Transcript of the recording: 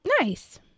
Nice